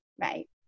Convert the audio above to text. right